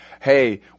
hey